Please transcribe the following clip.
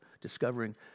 discovering